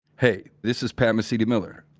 hey, this is pat mesiti-miller.